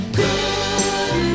good